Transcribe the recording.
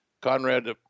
Conrad